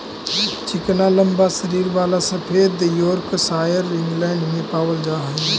चिकना लम्बा शरीर वाला सफेद योर्कशायर इंग्लैण्ड में पावल जा हई